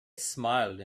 smiled